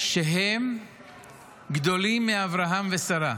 שהם גדולים מאברהם ושרה.